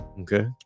Okay